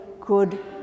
good